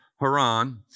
Haran